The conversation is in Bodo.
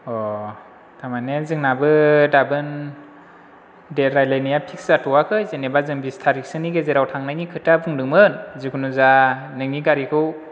खामानिया जोंनाबो दाबोनो रायलायनाया फिक्स जाथ'वाखै जेनबा जों बिस थारिखसोनि गेजेराव थांनायनि खोथा बुंदोंमोन जिखुनु जाया नोंनि गारिखौ